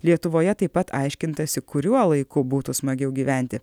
lietuvoje taip pat aiškintasi kuriuo laiku būtų smagiau gyventi